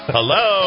Hello